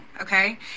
okay